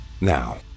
Now